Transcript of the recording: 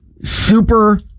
super